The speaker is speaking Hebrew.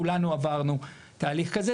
כולנו עברנו תהליך כזה.